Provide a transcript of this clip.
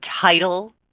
title